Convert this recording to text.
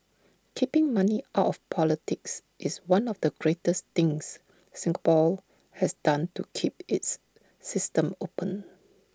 keeping money out of politics is one of the greatest things Singapore has done to keep its system open